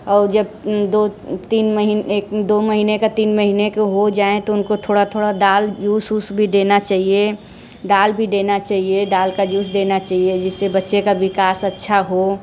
और जब दो तीन महीने एक दो महीने का तीन महीने को हो जाए तो उनको थोड़ा थोड़ा दाल जूस वूस भी देना चाहिए दाल भी देना चाहिए दाल का जूस देना चाहिए जिससे बच्चे का विकास अच्छा हो